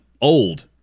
old